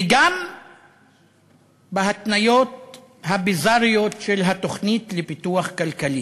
וגם בהתניות הביזריות של התוכנית לפיתוח כלכלי,